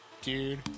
Dude